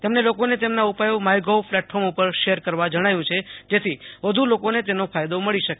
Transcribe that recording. તેમણે લોકોને તેમના ઉપાયો માયગોવ પ્લેટ ફોર્મ ઉપર શેર કરવા જણાવ્યુ છેજેથી વધુ લોકોને તેનો ફાયદો મળી શકે